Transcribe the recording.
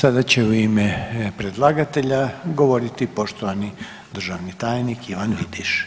Sada će u ime predlagatelja govoriti poštovani državni tajnik Ivan Vidiš.